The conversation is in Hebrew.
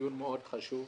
דיון מאוד חשוב.